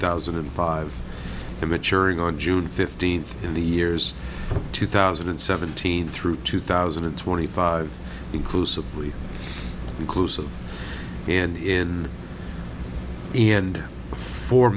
thousand and five to maturing on june fifteenth in the years two thousand and seventeen through two thousand and twenty five inclusively inclusive and in and